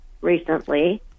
recently